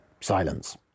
Silence